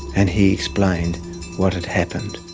and he explained what had happened.